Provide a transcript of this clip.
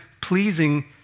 pleasing